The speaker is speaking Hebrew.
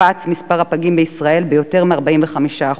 קפץ מספר הפגים בישראל ביותר מ-45%,